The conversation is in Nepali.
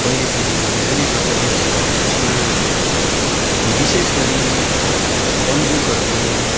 पहिला पहिला यो धेरै नै प्रचलित थियो जसमा विशेष गरी बन्दुकहरूकोम